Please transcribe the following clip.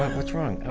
what's wrong?